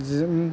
जों